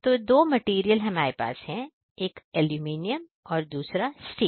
तो दो मटीरियल है हमारे पास एक एलुमिनियम और दूसरा तील